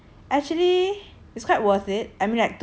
oh buy five get five free